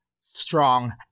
Strong